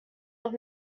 noch